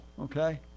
okay